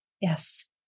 Yes